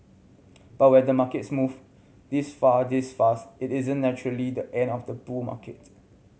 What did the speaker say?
but when the markets move this far this fast it isn't naturally the end of the bull markets